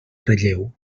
relleu